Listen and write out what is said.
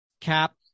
Cap